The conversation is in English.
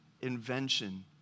invention